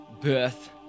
birth